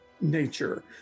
nature